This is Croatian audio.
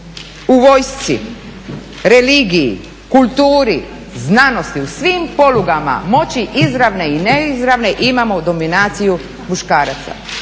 u vojsci, religiji, kulturi, znanosti, u svim polugama moći izravne i neizravne imamo dominaciju muškaraca.